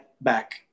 back